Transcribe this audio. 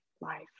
life